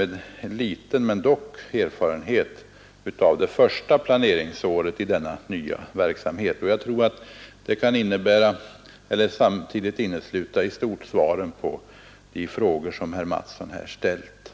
en om än liten erfarenhet av det första planeringsåret av denna nya verksamhet. Jag tror att det samtidigt i stort kan innesluta svaret på de frågor som herr Mattsson i Skee nu ställt.